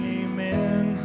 amen